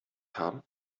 haben